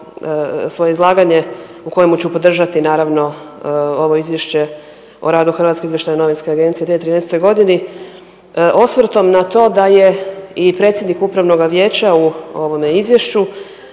svoje izlaganje u kojemu ću podržati naravno ovo Izvješće o radu HINA-e za 2013. godinu osvrtom na to da je i predsjednik Upravnoga vijeća u ovome izvješću